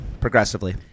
progressively